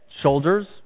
shoulders